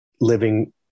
living